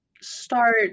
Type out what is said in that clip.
start